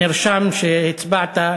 נרשם שהצבעת,